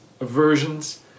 aversions